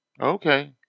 Okay